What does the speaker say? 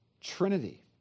Trinity